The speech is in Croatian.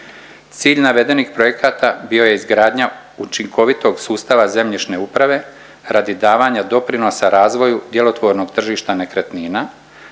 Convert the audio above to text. Cilj navedenih projekata bio je izgradnja učinkovitog sustava zemljišne uprave radi davanja doprinosa razvoju djelotvornog tržišta nekretnina,